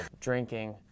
drinking